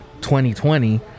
2020